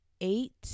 Eight